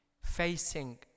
facing